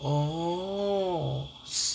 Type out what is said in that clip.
orh